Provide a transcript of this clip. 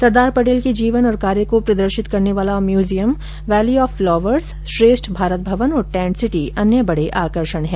सरदार पटेल के जीवन और कार्य को प्रदर्शित करने वाला museum valley of flowers Shreshtha Bharat Bhavan और टेंट सिटी अन्य बड़े आकर्षण हैं